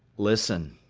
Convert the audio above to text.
listen,